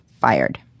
fired